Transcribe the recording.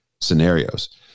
scenarios